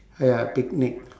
ya picnic